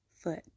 foot